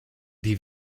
die